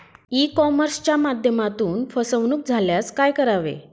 E कॉमर्सच्या माध्यमातून फसवणूक झाल्यास काय करावे?